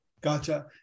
gotcha